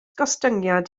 gostyngiad